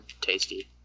tasty